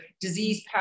disease